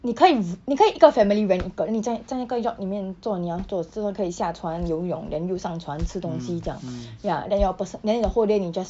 你可以 v~ 你可以一个 family rent 一个你在你在那个 yacht 里面做你要做做完可以下船游泳 then 又上船吃东西这样 ya then your person then your whole day 你 just